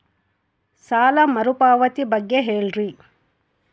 ಸಾಲ ಮರುಪಾವತಿ ಬಗ್ಗೆ ಹೇಳ್ರಿ?